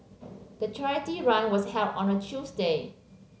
the charity run was held on a Tuesday